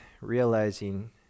realizing